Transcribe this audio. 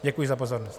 Děkuji za pozornost.